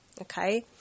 okay